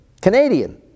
Canadian